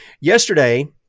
Yesterday